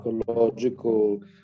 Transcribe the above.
ecological